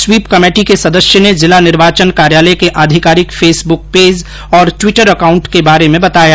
SVEEP committee के सदस्य ने जिला निर्वाचन कार्यालय के आधिकारिक फैसबुक पेज और ट्वीटर अकाउंट के बारे में बताया